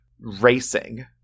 racing